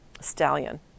stallion